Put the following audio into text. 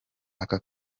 aka